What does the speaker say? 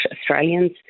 Australians